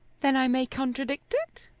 then i may contradict it.